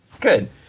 good